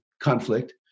conflict